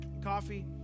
coffee